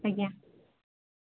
ଆଜ୍ଞା